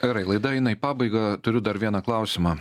gerai laida eina į pabaigą turiu dar vieną klausimą